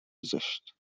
زشت